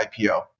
IPO